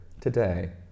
today